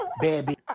baby